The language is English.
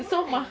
why